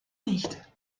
nicht